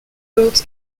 wrote